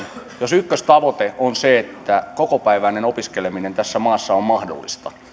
jos ykköstavoite on se että kokopäiväinen opiskeleminen tässä maassa on mahdollista